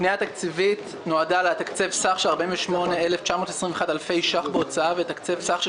הפנייה התקציבית נועדה לתקצב סך של 48,921 אלפי שקל בהוצאה לתקצב סך של